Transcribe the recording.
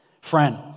Friend